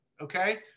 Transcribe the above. Okay